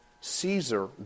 Caesar